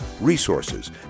resources